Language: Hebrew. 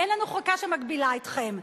אין לנו חקיקה שמגבילה אתכם.